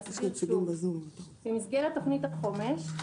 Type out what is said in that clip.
אסביר שוב: במסגרת תוכנית החומש,